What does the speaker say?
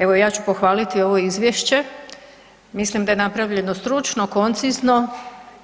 Evo ja ću pohvaliti ovo izvješće, mislim da je napravljeno stručno, koncizno